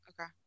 Okay